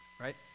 right